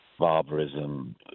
barbarism